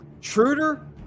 Truder